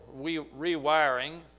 rewiring